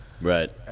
Right